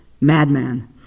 madman